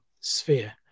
sphere